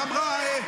איך אמרה?